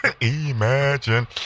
Imagine